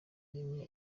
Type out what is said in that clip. rimwe